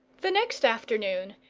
the next afternoon,